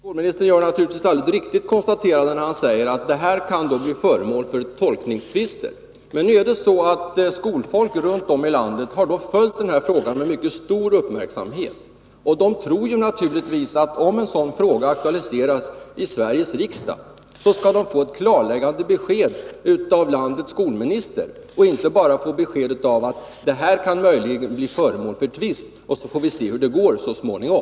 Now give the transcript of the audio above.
Herr talman! Skolministern gör naturligtvis ett alldeles riktigt konstaterande när han säger att den här frågan kan bli föremål för tolkningstvister. Men nu är det så att skolfolk runt om i landet har följt frågan med mycket stor uppmärksamhet. Man tror naturligtvis att om en fråga av detta slag aktualiseras i Sveriges riksdag, skall man kunna få ett klarläggande besked av landets skolminister och inte bara få beskedet att det här möjligen kan bli föremål för en tvist och att man så småningom får se hur det går.